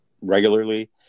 regularly